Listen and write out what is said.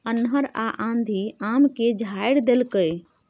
अन्हर आ आंधी आम के झाईर देलकैय?